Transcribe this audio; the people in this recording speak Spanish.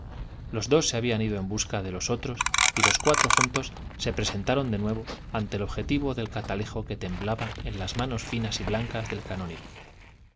los dos se habían ido en busca de los otros y los cuatro juntos se presentaron de nuevo ante el objetivo del catalejo que temblaba en las manos finas y blancas del canónigo